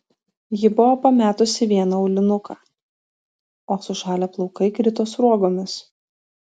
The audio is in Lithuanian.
ji buvo pametusi vieną aulinuką o sušalę plaukai krito sruogomis